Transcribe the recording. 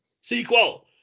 sequel